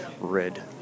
red